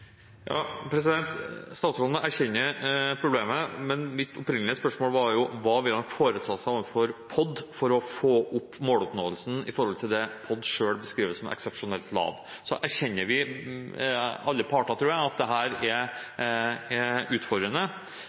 Statsråden erkjenner problemet, men mitt opprinnelige spørsmål var: Hva vil han foreta seg overfor POD for å få opp måloppnåelsen i forhold til det POD selv beskriver som «eksepsjonelt lav»? Her erkjenner vi alle parter, tror jeg, at dette er utfordrende, men det